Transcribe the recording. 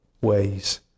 ways